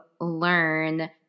learn